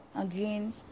again